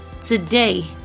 Today